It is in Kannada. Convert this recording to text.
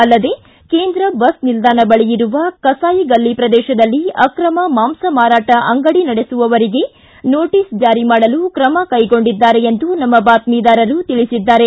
ಅಲ್ಲದೇ ಕೇಂದ್ರ ಬಸ್ ನಿಲ್ದಾಣ ಬಳಿ ಇರುವ ಕಸಾಯಿಗಳ್ಲಿ ಪ್ರದೇಶದಲ್ಲಿ ಆಕ್ರಮ ಮಾಂಸ ಮಾರಾಟ ಅಂಗಡಿ ನಡೆಸುವವರಿಗೆ ನೊಟೀಸ್ ಜಾರಿ ಮಾಡಲು ಕ್ರಮ ಕೈಗೊಂಡಿದ್ದಾರೆ ಎಂದು ಬಾತ್ಮಿದಾರರು ತಿಳಿಸಿದ್ದಾರೆ